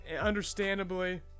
Understandably